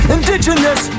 Indigenous